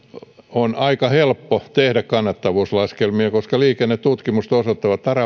on aika helppo tehdä kannattavuuslaskelmia koska liikennetutkimukset osoittavat